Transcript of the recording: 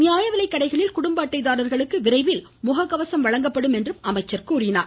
நியாயவிலைக்கடைகளில் குடும்ப அட்டை தாரர்களுக்கு விரைவில் முககவசம் வழங்கப்படும் என்று அவர் கூறினார்